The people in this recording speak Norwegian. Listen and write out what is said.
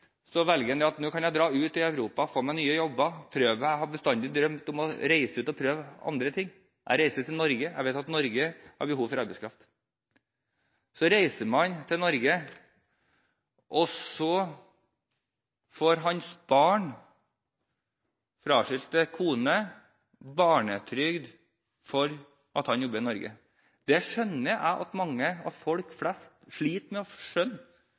Nå kan jeg dra ut i Europa og få meg nye jobber, prøve meg. Jeg har bestandig drømt om å reise ut og prøve andre ting. Jeg reiser til Norge. Jeg vet at Norge har behov for arbeidskraft. Så reiser han til Norge, og så får hans barn og fraskilte kone barnetrygd for at han jobber i Norge. Det skjønner jeg at folk flest sliter med å skjønne